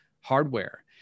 hardware